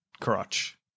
crotch